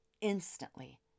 instantly